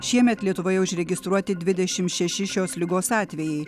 šiemet lietuvoje užregistruoti dvidešim šeši šios ligos atvejai